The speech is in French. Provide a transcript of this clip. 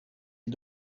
est